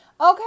okay